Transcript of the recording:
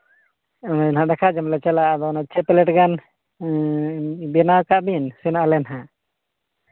ᱦᱳᱭ ᱫᱟᱠᱟ ᱡᱚᱢᱞᱮ ᱪᱟᱞᱟᱜᱼᱟ ᱟᱫᱚ ᱚᱱᱮ ᱪᱷᱚ ᱯᱞᱮᱴ ᱜᱟᱱ ᱵᱮᱱᱟᱣ ᱠᱟᱜ ᱵᱤᱱ ᱥᱮᱱᱚᱜ ᱟᱞᱮ ᱱᱟᱦᱟᱜ